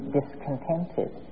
discontented